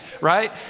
right